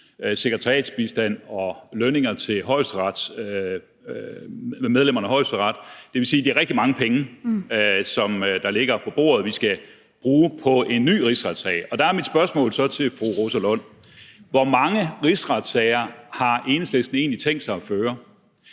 sekretariatsbistand og lønninger til medlemmerne af Højesteret. Det vil sige, at det er rigtig mange penge, der ligger på bordet, som vi skal bruge på en ny rigsretssag. Der er mit spørgsmål så til fru Rosa Lund: Hvor mange rigsretssager har Enhedslisten egentlig tænkt sig at føre?